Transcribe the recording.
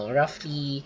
roughly